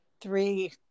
three